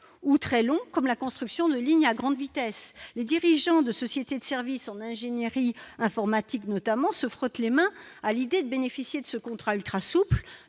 ou très long comme la construction de lignes à grande vitesse, les dirigeants de sociétés de services en ingénierie informatique notamment se frottent les mains à l'idée de bénéficier de ce contrat ultra souple